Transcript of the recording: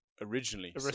originally